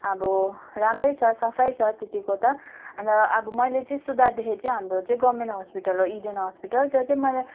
अब राम्रै छ सफै छ त्यत्तिको त अन्त अब मैले चाहिँ सुधार देखेँको चाहिँ हाम्रो चाहिँ गभर्मेन्ट हस्पिटल हो इडेन हस्पिटल त्यो चाहिँ मैले